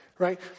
Right